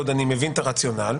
אני מבין את הרציונל,